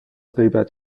غیبت